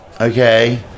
Okay